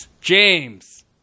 James